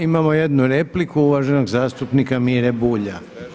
Imamo jednu repliku uvaženog zastupnika Mire Bulja.